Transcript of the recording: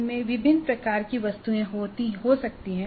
उनमें विभिन्न प्रकार की वस्तुएं हो सकती हैं